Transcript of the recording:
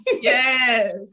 Yes